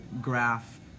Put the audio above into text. graph